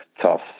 tough